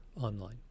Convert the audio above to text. online